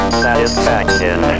satisfaction